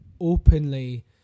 openly